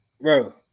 bro